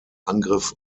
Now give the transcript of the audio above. angriff